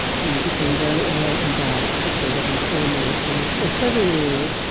he became very ill and died quickly, within four months. and so suddenly,